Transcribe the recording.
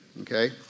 okay